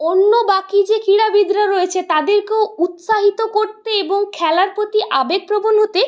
অন্য বাকি যে ক্রীড়াবিদরা রয়েছে তাদেরকেও উৎসাহিত করতে এবং খেলার প্রতি আবেগপ্রবণ হতে